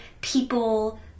people